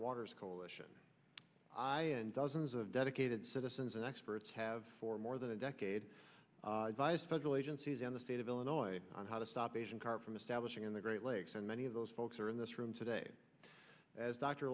waters coalition and dozens of dedicated citizens and experts have for more than a decade via federal agencies and the state of illinois on how to stop asian carp from establishing in the great lakes and many of those folks are in this room today as d